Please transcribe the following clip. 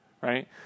right